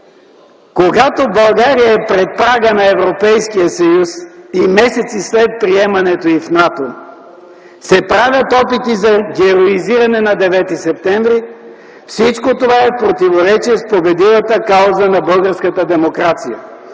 когато България е пред прага на Европейския съюз и месеци след приемането й в НАТО, се правят опити за героизиране на Девети септември. Всичко това е в противоречие с победилата кауза на българската демокрация.